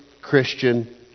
Christian